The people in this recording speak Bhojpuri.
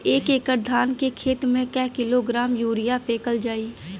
एक एकड़ धान के खेत में क किलोग्राम यूरिया फैकल जाई?